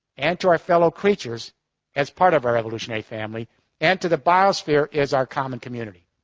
and to our fellow creatures as part of our evolutionary family and to the biosphere is our common community.